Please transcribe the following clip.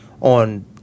on